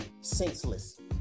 Senseless